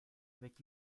avec